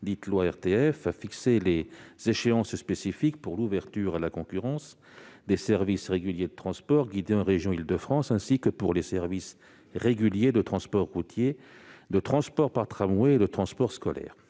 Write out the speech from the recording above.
dite loi ORTF, a fixé des échéances spécifiques pour l'ouverture à la concurrence des services réguliers de transport guidé en région Île-de-France, ainsi que des services réguliers de transport routier, de transport par tramway et de transport scolaire.